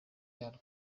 yarwo